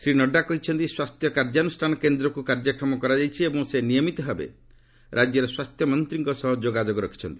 ଶ୍ରୀ ନଡ୍ରା କହିଛନ୍ତି ସ୍ୱାସ୍ଥ୍ୟ କାର୍ଯ୍ୟାନୁଷ୍ଠାନ କେନ୍ଦ୍ରକୁ କାର୍ଯ୍ୟକ୍ରମ କରାଯାଇଛି ଏବଂ ସେ ନିୟମିତ ଭାବେ ରାଜ୍ୟର ସ୍ୱାସ୍ଥ୍ୟମନ୍ତ୍ରୀଙ୍କ ସହ ଯୋଗାଯୋଗ ରଖିଛନ୍ତି